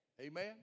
Amen